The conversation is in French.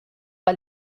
pas